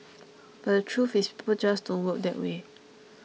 but the truth is people just don't work that way